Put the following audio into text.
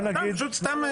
סתם,